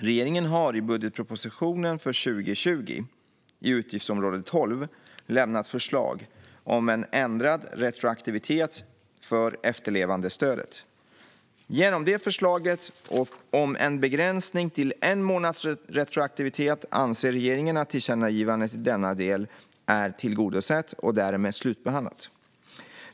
Regeringen har i budgetpropositionen för 2020 i utgiftsområde 12 lämnat förslag om en ändrad retroaktivitet för efterlevandestödet. Genom det förslaget om en begränsning till en månads retroaktivitet anser regeringen att tillkännagivandet i denna del är tillgodosett och därmed slutbehandlat.